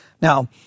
Now